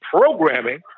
programming